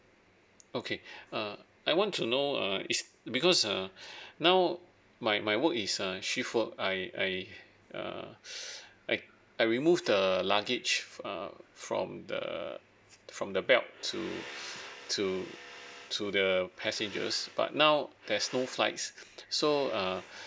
okay uh I want to know uh is because uh now my my work is a shift work I I err I I remove the luggage uh from the uh from the belt to to to the passengers but now there's no flights so err